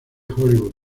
hollywood